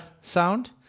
sound